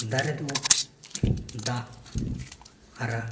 ᱫᱟᱨᱮ ᱫᱚ ᱫᱟᱜ ᱟᱨ